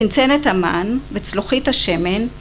צנצנת אמן, וצלוחית השמן